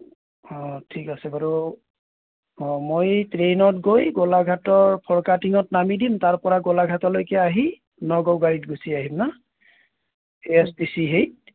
অঁ ঠিক আছে বাৰু অঁ মই ট্ৰেইনত গৈ গোলাঘাটৰ ফৰকাটিঙত নামি দিম তাৰপৰা গোলাঘাটলৈকে আহি নগাঁও গাড়ীত গুচি আহিম না এ এছ টি চি হেৰিত